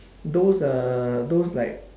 those uh those like